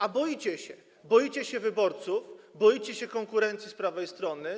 A boicie się, boicie się wyborców, boicie się konkurencji z prawej strony.